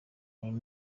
uyu